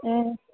ꯎꯝ